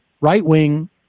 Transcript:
right-wing